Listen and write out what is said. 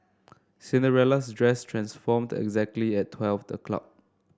Cinderella's dress transformed exactly at twelve o'clock